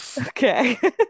okay